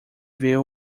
ver